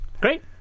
Great